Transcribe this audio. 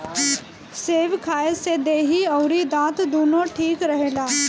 सेब खाए से देहि अउरी दांत दूनो ठीक रहेला